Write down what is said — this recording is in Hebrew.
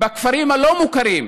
בכפרים הלא-מוכרים,